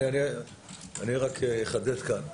אני אחדד כאן.